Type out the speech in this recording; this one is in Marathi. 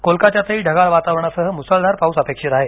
कोलकात्यातही ढगाळ वाटावरणासह मुसळधार पाऊस अपेक्षित आहे